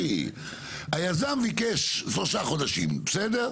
היזם ביקש שלושה חודשים, בסדר?